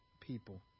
people